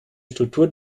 struktur